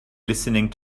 listening